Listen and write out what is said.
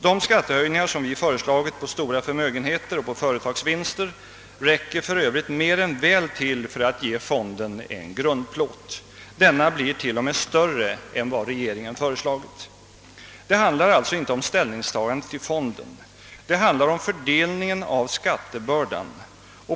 De skattehöjningar som vi har föreslagit på stora förmögenheter och på företagsvinster räcker för övrigt mer än väl till för att ge fonden en grundplåt. Denna skulle till och med bli större än vad regeringen har föreslagit. Det handlar alltså inte om ställningstagandet till fonden. Det handlar om fördelningen av skattebördan.